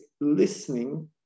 listening